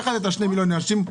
מה זה ההסדרים?